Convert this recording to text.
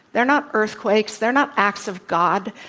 they're not earthquakes they're not acts of god.